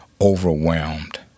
overwhelmed